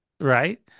Right